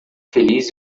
feliz